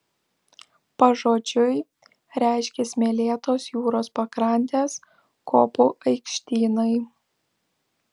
pažodžiui reiškia smėlėtos jūros pakrantės kopų aikštynai